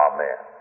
Amen